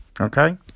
Okay